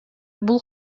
бул